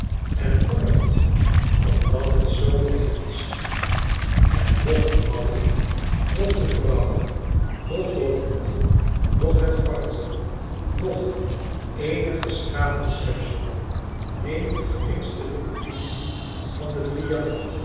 en knort omdat het zoo lekker is en noch de mannen noch de vrouwen noch de honden noch het varken noch eenig geschapen schepsel neemt de geringste notitie van